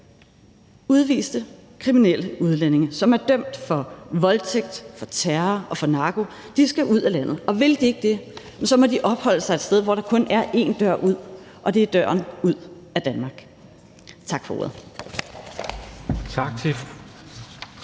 Udviste kriminelle udlændinge, som er dømt for voldtægt, for terror og for narko, skal ud af landet. Og vil de ikke det, må de opholde sig et sted, hvor der kun er én dør ud, og det er døren ud af Danmark. Tak for ordet.